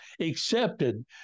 accepted